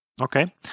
Okay